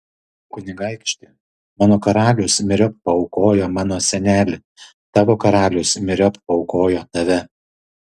kunigaikšti mano karalius myriop paaukojo mano senelį tavo karalius myriop paaukojo tave